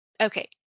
Okay